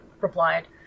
replied